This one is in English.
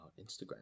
Instagram